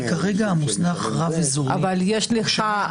יש חיסרון גדול מאוד בדיוני הצד הללו.